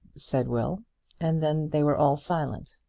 said will and then they were all silent.